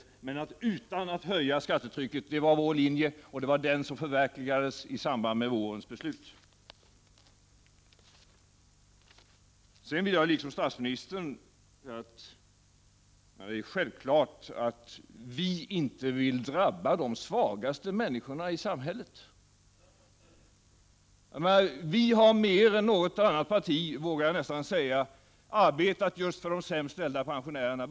Vår linje var att det skulle ske utan att höja skattetrycket. Det var den linjen som förverkligades i samband med vårens beslut. Sedan vill jag precis som statsministern hävda att vi självfallet inte vill drabba de svagaste människorna i samhället. Vi i centern har mer än något annat parti arbetat just för de sämst ställda pensionärerna.